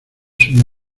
sueño